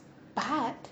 but